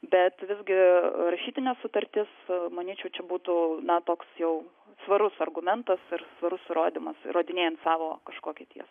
bet visgi rašytinė sutartis manyčiau čia būtų na toks jau svarus argumentas ir svarus įrodymas įrodinėjant savo kažkokią tiesą